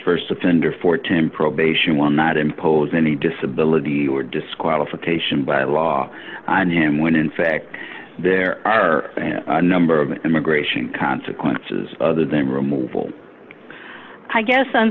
offender for ten probation one not impose any disability or disqualification by law on him when in fact there are a number of immigration consequences other than removal i guess on